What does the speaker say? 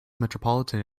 metropolitan